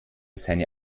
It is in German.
seine